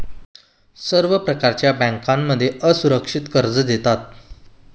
सर्व प्रकारच्या बँकांमध्ये असुरक्षित कर्ज देतात